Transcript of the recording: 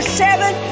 seven